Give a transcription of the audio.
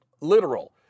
literal